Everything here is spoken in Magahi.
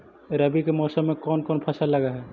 रवि के मौसम में कोन कोन फसल लग है?